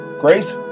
Grace